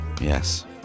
Yes